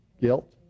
Guilt